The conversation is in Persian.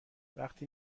وقتی